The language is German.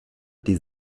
die